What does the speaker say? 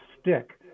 stick